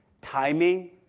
Timing